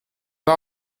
pas